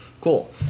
Cool